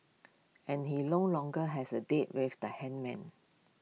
and he long longer has A date with the hangman